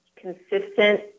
consistent